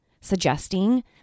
suggesting